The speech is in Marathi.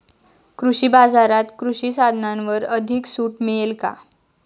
कृषी बाजारात कृषी साधनांवर अधिक सूट मिळेल का?